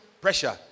pressure